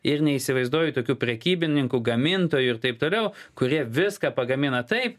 ir neįsivaizduoju tokių prekybininkų gamintojų ir taip toliau kurie viską pagamina taip